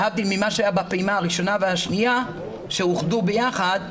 להבדיל ממה שהיה בפעימה הראשונה והשנייה שאוחדו ביחד,